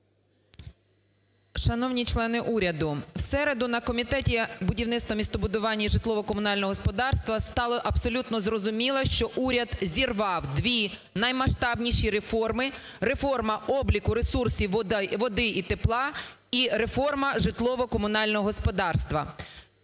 Шановні члени уряду! У середу на Комітеті будівництва, містобудування і житлово-комунального господарства стало абсолютно зрозуміло, що уряд зірвав дві наймасштабніші реформи: реформу обліку ресурсів води і тепла і реформу житлово-комунального господарства.